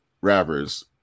rappers